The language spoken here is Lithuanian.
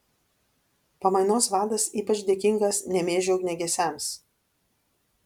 pamainos vadas ypač dėkingas nemėžio ugniagesiams